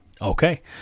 Okay